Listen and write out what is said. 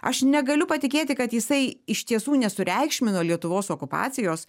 aš negaliu patikėti kad jisai iš tiesų nesureikšmino lietuvos okupacijos